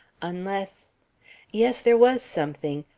unless yes, there was something,